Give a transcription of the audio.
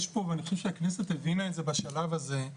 ואני חושב שהכנסת הבינה את זה בשלב הזה,